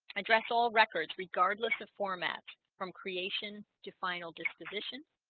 address all records regardless of formats from creation to final disposition